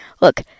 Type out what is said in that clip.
look